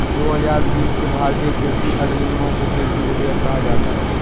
दो हजार बीस के भारतीय कृषि अधिनियमों को कृषि विधेयक कहा जाता है